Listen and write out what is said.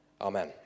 Amen